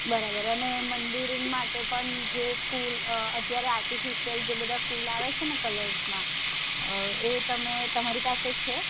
બરાબર અને મંદિર માટે પણ જે ફૂલ અત્યારે આર્ટીફેયસ્લ જે બધા ફૂલ આવે છે ને કલર્સમાં એ તમે તમારી પાસે છે